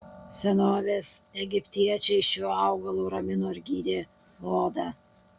senovės egiptiečiai šiuo augalu ramino ir gydė odą